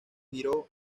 giró